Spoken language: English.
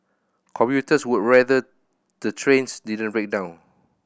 commuters would rather the trains didn't break down